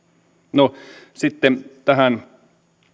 no sitten tähän